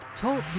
TALK